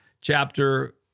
chapter